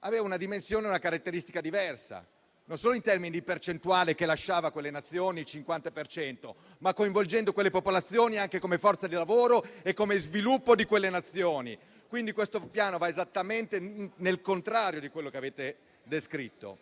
aveva una dimensione e una caratteristica diversa, non solo in termini di percentuali (lasciava a quelle Nazioni il 50 per cento), ma coinvolgendo quelle popolazioni anche come forza lavoro e come elemento di sviluppo di quelle Nazioni. Quindi questo Piano va esattamente in senso contrario a quello che avete descritto.